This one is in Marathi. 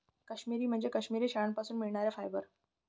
काश्मिरी म्हणजे काश्मिरी शेळ्यांपासून मिळणारे फायबर